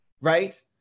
right